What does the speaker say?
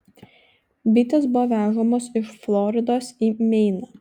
bitės buvo vežamos iš floridos į meiną